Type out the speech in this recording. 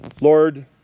Lord